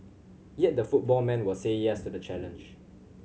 yet the football man will say yes to the challenge